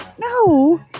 No